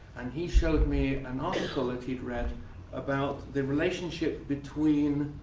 and he showed me an article that he'd read about the relationship between